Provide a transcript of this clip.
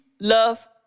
love